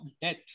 death